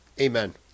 Amen